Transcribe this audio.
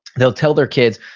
they'll tell their kids,